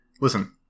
listen